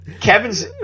Kevin's